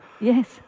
Yes